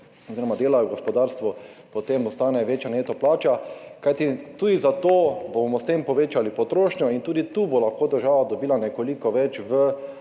oziroma delajo v gospodarstvu, ostane večja neto plača. Kajti tudi zato bomo s tem povečali potrošnjo in tudi tu bo lahko država dobila nekoliko več v